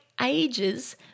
ages